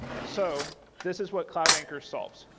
so this is what cloud anchor solves.